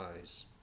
eyes